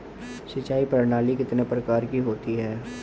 सिंचाई प्रणाली कितने प्रकार की होती हैं?